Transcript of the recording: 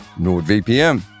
NordVPN